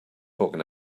talking